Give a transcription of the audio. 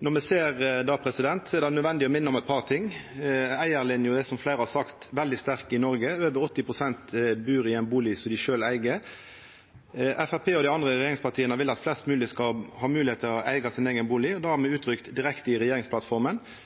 Når me ser det, er det nødvendig å minna om eit par ting. Eigarlinja er – som fleire har sagt – veldig sterk i Noreg. Over 80 pst. bur i ein bustad som dei sjølve eig. Framstegspartiet og dei andre regjeringspartia vil at flest mogleg skal ha moglegheit til å eiga sin eigen bustad, det har me uttrykt direkte i regjeringsplattforma.